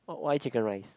why Chicken Rice